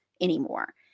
anymore